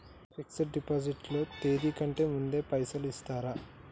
Fix డ్ deposit లో తేది కంటే ముందే పైసలు ఇత్తరా?